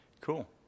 Cool